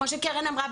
כמו שקרן אמרה,